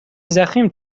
ضخیم